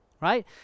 right